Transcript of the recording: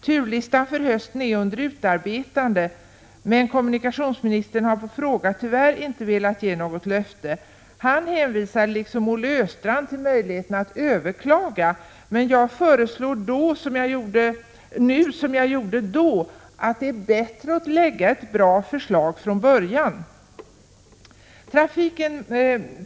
Turlistan för hösten är under utarbetande, men kommunikationsministern har på given fråga tyvärr inte velat ge något löfte. Han hänvisade, liksom Olle Östrand, till möjligheten att överklaga. Men jag föreslår nu som jag gjorde då att det är bättre att lägga ett förslag som är bra från början.